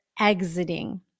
exiting